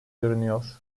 görünüyor